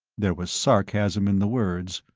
there was sarcasm in the words.